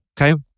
Okay